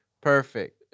Perfect